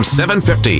750